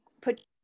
put